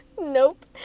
Nope